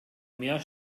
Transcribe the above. mehr